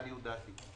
לעניות דעתי,